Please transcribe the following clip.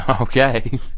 Okay